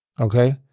okay